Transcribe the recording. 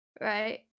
right